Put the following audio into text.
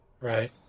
Right